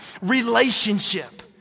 relationship